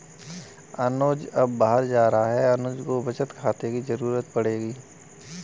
अनुज अब बाहर जा रहा है अनुज को बचत खाते की जरूरत पड़ेगी